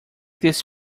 this